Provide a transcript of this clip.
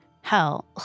Hell